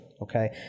Okay